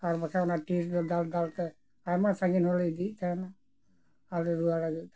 ᱟᱨ ᱵᱟᱠᱷᱟᱱ ᱚᱱᱟ ᱴᱤᱨ ᱫᱚ ᱫᱟᱞ ᱫᱟᱞ ᱛᱮ ᱟᱭᱢᱟ ᱥᱟᱺᱜᱤᱧ ᱦᱚᱸᱞᱮ ᱤᱫᱤᱭᱮᱫ ᱛᱟᱦᱮᱱᱟ ᱟᱨ ᱞᱮ ᱨᱩᱣᱟᱹᱲ ᱟᱹᱜᱩᱭᱮᱫ ᱛᱟᱦᱮᱱᱟ